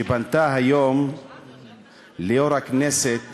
שפנתה היום ליושב-ראש הכנסת